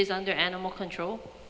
is under animal control